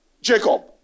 Jacob